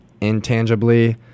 Intangibly